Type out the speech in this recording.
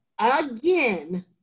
again